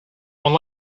one